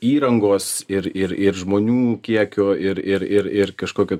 įrangos ir ir ir žmonių kiekio ir ir ir ir kažkokio